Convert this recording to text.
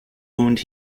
wound